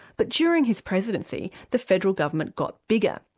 but during his presidency, the federal government got bigger.